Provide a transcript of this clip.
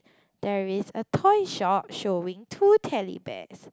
there is a toy shop showing two teddy bears